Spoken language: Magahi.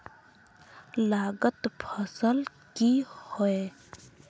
लागत फसल की होय?